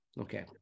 Okay